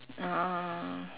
uh